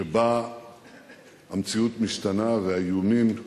שבה המציאות משתנה והאיומים גוברים.